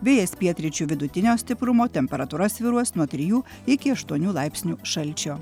vėjas pietryčių vidutinio stiprumo temperatūra svyruos nuo trijų iki aštuonių laipsnių šalčio